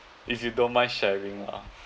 if you don't mind sharing lah